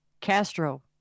Castro